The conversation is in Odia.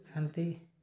ଖାଆନ୍ତି